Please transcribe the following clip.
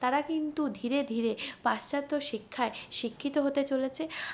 তারা কিন্তু ধীরে ধীরে পাশ্চাত্য শিক্ষায় শিক্ষিত হতে চলেছে